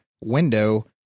window